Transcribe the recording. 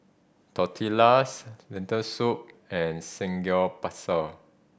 Tortillas Lentil Soup and Samgeyopsal